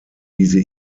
diese